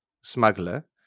smuggler